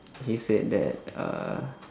he said that uh